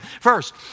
First